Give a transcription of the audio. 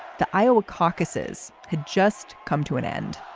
the iowa caucuses had just come to an end.